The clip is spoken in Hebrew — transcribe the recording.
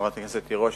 חברת הכנסת תירוש,